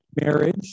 marriage